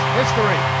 history